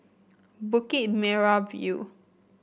Bukit Merah View